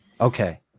Okay